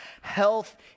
health